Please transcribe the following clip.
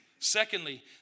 Secondly